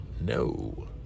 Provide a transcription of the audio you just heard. no